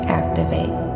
activate